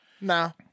No